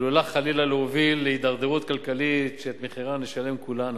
עלולה חלילה להוביל להידרדרות כלכלית שאת מחירה נשלם כולנו.